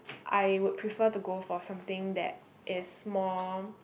I would prefer to go for something that is more